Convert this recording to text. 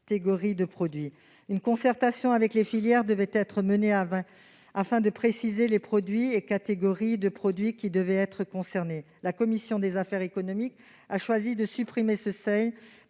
de produits. Une concertation avec les filières devait être menée afin de préciser les produits et catégories de produits concernés. La commission des affaires économiques a choisi de supprimer ce seuil,